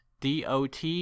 dot